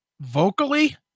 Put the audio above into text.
Vocally